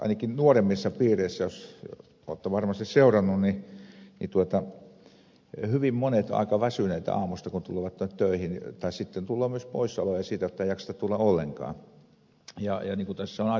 ainakin nuoremmissa piireissä olette varmasti seuranneet hyvin monet ovat aika väsyneitä aamusta kun tulevat töihin tai sitten tulee myös poissaoloja siitä ettei jakseta tulla ollenkaan